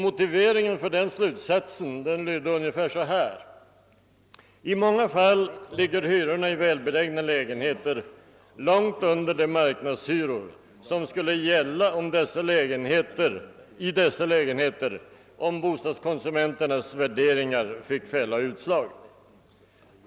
Motiveringen för slutsatsen lydde bl.a. så här: I många fall ligger hyrorna i välbelägna lägenheter långt under de marknadshyror som skulle gälla för dessa lägenheter om bostadskonsumenternas värderingar fick fälla utslag.